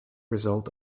result